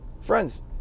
Friends